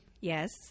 Yes